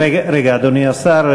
רגע, אדוני השר.